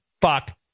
fuck